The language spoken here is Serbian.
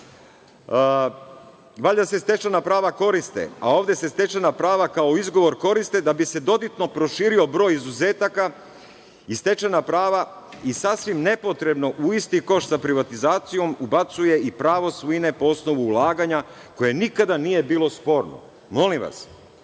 Valjda se stečena prava koriste, a ovde se stečena prava kao izgovor koriste da bi se dobitno proširio broj izuzetaka i stečena prava i sasvim nepotrebno u isti koš sa privatizacijom ubacuje i pravo svojine po osnovu ulaganja koje nikada nije bilo sporno. Molim vas,